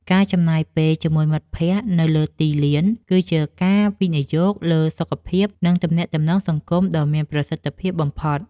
ការចំណាយពេលជាមួយមិត្តភក្តិនៅលើទីលាន គឺជាការវិនិយោគលើសុខភាព និងទំនាក់ទំនងសង្គមដ៏មានប្រសិទ្ធភាពបំផុត។